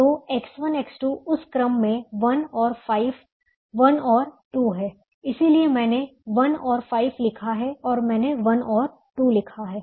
तो X1 X2 उस क्रम में 1 और 5 1 और 2 है इसलिए मैंने 1 और 5 लिखा है और मैंने 1 और 2 लिखा है